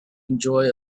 enjoy